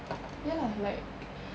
ya lah like